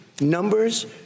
numbers